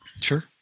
Sure